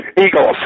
Eagles